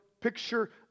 picture